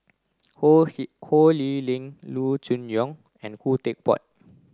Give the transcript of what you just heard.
Ho He Ho Lee Ling Loo Choon Yong and Khoo Teck Puat